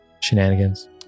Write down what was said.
shenanigans